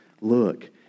look